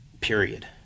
Period